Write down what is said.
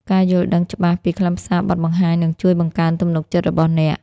ការយល់ដឹងច្បាស់ពីខ្លឹមសារបទបង្ហាញនឹងជួយបង្កើនទំនុកចិត្តរបស់អ្នក។